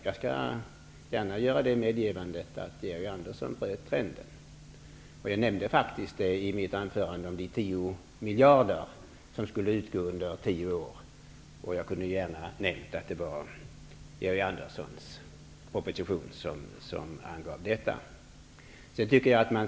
Jag gör gärna det medgivandet att Georg Andersson bröt trenden. I mitt anförande talade jag faktiskt om de 10 miljarder som skulle utgå under tio år. Jag kunde då ha nämnt att det var Georg Anderssons proposition som angav detta.